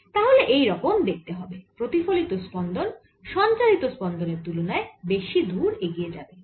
তাহলে এইরকম দেখতে হবে প্রতিফলিত স্পন্দন সঞ্চারিত স্পন্দনের তুলনায় বেশি দূরে এগিয়ে যাবে